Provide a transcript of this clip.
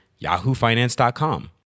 yahoofinance.com